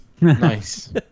Nice